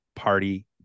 Party